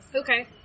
Okay